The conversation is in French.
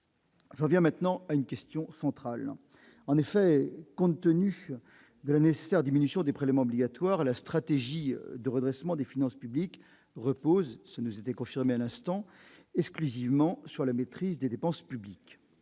J'en viens maintenant à une question centrale : en effet, compte tenu de la nécessaire diminution des prélèvements obligatoires à la stratégie de redressement des finances publiques repose ce nous était confirmée à l'instant exclusivement sur la maîtrise des dépenses publiques,